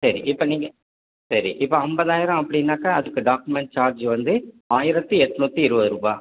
சரி இப்போ நீங்கள் சரி இப்போ ஐம்பதாயிரம் அப்படின்னாக்கா அதற்கு டாக்குமெண்ட் சார்ஜ் வந்து ஆயிரத்து எட்நூற்றி இருபது ரூபா